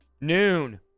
Noon